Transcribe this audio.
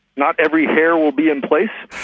not every hair will be in place.